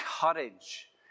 courage